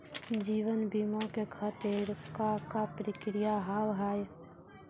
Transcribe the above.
जीवन बीमा के खातिर का का प्रक्रिया हाव हाय?